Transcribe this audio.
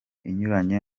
inyuranye